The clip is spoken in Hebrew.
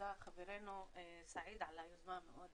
תודה לחברנו סעיד על היוזמה המאוד